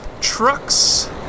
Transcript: Trucks